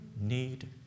need